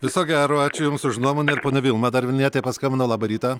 viso gero ačiū jums už nuomonę ir ponia vilma dar vilnietė paskambino labą rytą